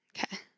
Okay